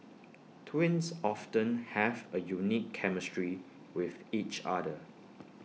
twins often have A unique chemistry with each other